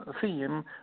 theme